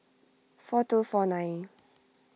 four two four nine